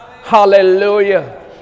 hallelujah